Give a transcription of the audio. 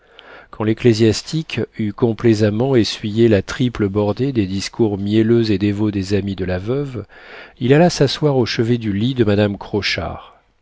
quand l'ecclésiastique eut complaisamment essuyé la triple bordée des discours mielleux et dévots des amies de la veuve il alla s'asseoir au chevet du lit de madame